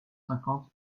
cinquante